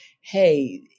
hey